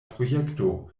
projekto